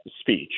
speech